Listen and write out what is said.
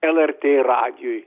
lrt radijui